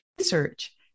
research